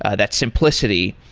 ah that simplicity.